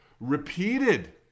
repeated